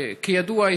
כידוע,